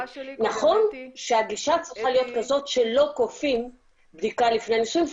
נכון שהגישה צריכה להיות כזאת שלא כופים בדיקה לפני נישואין,